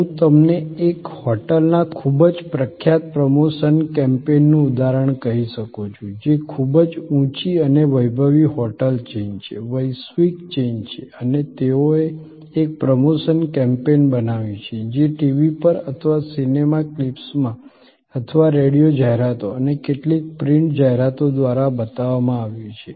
હું તમને એક હોટલના ખૂબ જ પ્રખ્યાત પ્રમોશન કેમ્પેઈનનું ઉદાહરણ કહી શકું છું જે ખૂબ જ ઊંચી અને વૈભવી હોટેલ ચેઈન છે વૈશ્વિક ચેઈન છે અને તેઓએ એક પ્રમોશન કેમ્પેઈન બનાવ્યું છે જે ટીવી પર અથવા સિનેમા ક્લિપ્સમાં અથવા રેડિયો જાહેરાતો અને કેટલીક પ્રિન્ટ જાહેરાતો દ્વારા બતાવવામાં આવ્યું છે